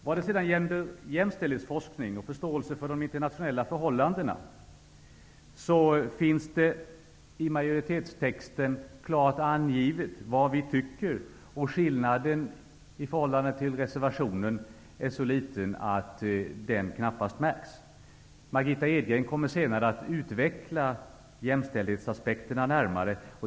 Vad gäller jämställdhetsforskning och förståelse för de internationella förhållandena har utskottsmajoriteten i betänkandetexten klart angivit vad vi tycker. Skillnaden i förhållande till reservationen är så liten att den knappast märks. Margitta Edgren kommer senare att utveckla jämställdhetsaspekterna närmare.